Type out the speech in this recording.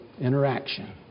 interaction